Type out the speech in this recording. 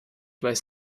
weiß